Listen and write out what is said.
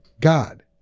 God